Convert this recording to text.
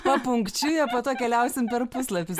papunkčiui o po to keliausim per puslapius